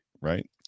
right